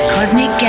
Cosmic